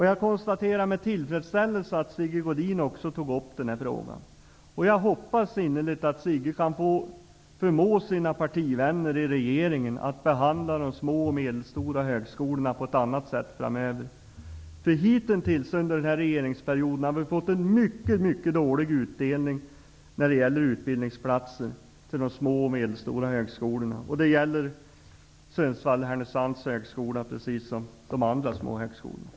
Jag konstaterar med tillfredsställelse att Sigge Godin också tog upp den frågan, och jag hoppas innerligt att han kan förmå sina partivänner i regeringen att behandla de små och medelstora högskolorna på ett annat sätt framöver. Hitintills under regeringsperioden har vi fått en mycket dålig tilldelning när det gäller utbildningsplatser till de små och medelstora högskolorna. Det gäller Sundsvalls och Härnösands högskola, precis som de andra små högskolorna.